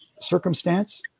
circumstance